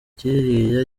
kiriya